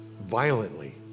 violently